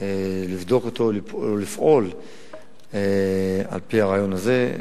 לבדוק אותו ולפעול על-פי הרעיון הזה.